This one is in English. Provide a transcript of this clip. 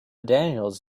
daniels